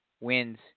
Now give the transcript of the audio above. wins